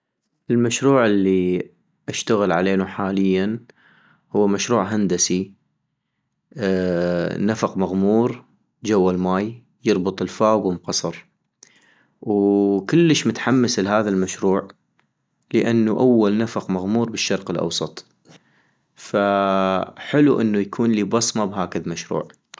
المشروع الي اشتغل علينو حالياً هو مشروع هندسي، نفق مغمور جوا الماي يربط الفاو بام قصر - وكلش متحمس لها المشروع لانو أول نفق مغمور بالشرق الأوسط ، فحلو انو يكونلي بصمة بهكذ مشروع